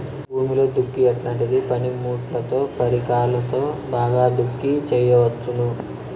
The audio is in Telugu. భూమిలో దుక్కి ఎట్లాంటి పనిముట్లుతో, పరికరాలతో బాగా దుక్కి చేయవచ్చున?